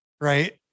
right